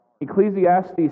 Ecclesiastes